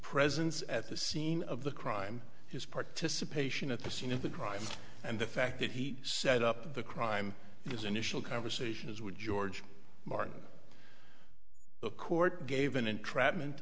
presence at the scene of the crime his participation at the scene of the crime and the fact that he set up the crime in his initial conversations with george martin the court gave an entrapment